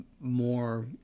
more